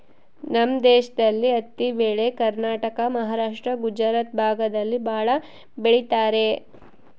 ನಮ್ ದೇಶದಲ್ಲಿ ಹತ್ತಿ ಬೆಳೆ ಕರ್ನಾಟಕ ಮಹಾರಾಷ್ಟ್ರ ಗುಜರಾತ್ ಭಾಗದಲ್ಲಿ ಭಾಳ ಬೆಳಿತರೆ